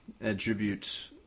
attribute